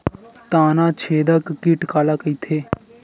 तनाछेदक कीट काला कइथे?